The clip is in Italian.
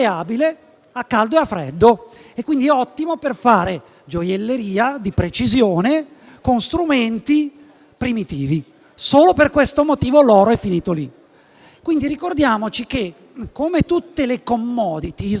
a caldo e a freddo e quindi è ottimo per fare gioielleria di precisione con strumenti primitivi. Solo per questo motivo l'oro è finito lì. Quindi ricordiamoci che, come tutte le *commodity*,